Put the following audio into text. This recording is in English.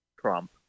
Trump